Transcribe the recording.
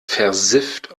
versifft